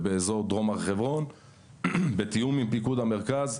ובאזור דרום הר חברון ותיאום עם פיקוד המרכז,